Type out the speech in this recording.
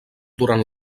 durant